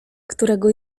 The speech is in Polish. którego